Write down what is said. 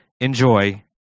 Enjoy